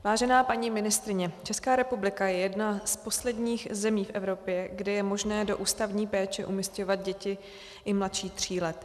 Vážená paní ministryně, Česká republika je jedna z posledních zemí v Evropě, kde je možné do ústavní péče umísťovat děti i mladší tří let.